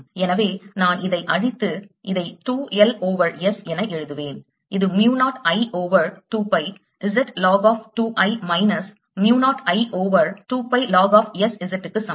எனவே நான் இதை அழித்து இதை 2 L ஓவர் S என எழுதுவேன் இது mu 0 I over 2 pi Z log of 2 I minus mu 0 I over 2 pi log of S Zக்கு சமம்